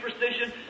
superstition